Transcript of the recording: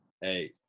hey